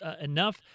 enough